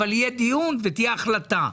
אבל יהיה דיון ותהיה החלטה.